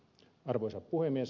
arvoisa puhemies